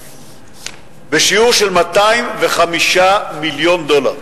בשיעור של 205 מיליון דולר.